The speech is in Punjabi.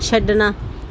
ਛੱਡਣਾ